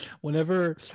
Whenever